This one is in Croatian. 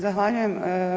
Zahvaljujem.